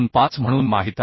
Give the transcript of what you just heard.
25 म्हणून माहित आहे